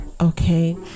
Okay